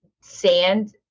sand